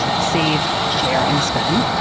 save, share, and spend.